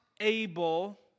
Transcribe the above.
able